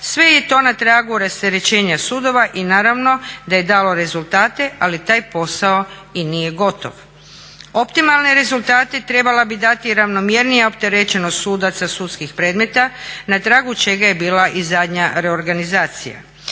sve je to na tragu rasterećenja sudova i naravno da je dalo rezultate ali taj posao nije gotov. Optimalne rezultate trebala bi dati ravnomjernija opterećenost sudaca sudskih predmeta na tragu čega je bila i zadnja reorganizacija.